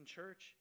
church